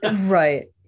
Right